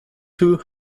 two